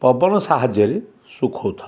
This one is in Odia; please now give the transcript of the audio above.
ପବନ ସାହାଯ୍ୟରେ ଶୁଖାଉଥାଉ